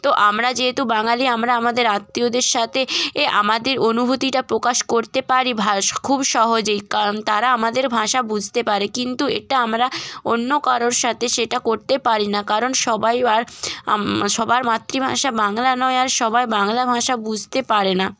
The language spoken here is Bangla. তো আমরা যেহেতু বাঙালি আমরা আমাদের আত্মীয়দের সাথে এ আমাদের অনুভূতিটা প্রকাশ করতে পারি খুব সহজেই কারণ তারা আমাদের ভাষা বুঝতে পারে কিন্তু এটা আমরা অন্য কারো সাথে সেটা করতে পারি না কারণ সবাই সবার মাতৃভাষা বাংলা নয় আর সবাই বাংলা ভাষা বুঝতে পারে না